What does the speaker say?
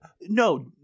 No